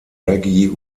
reggie